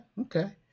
okay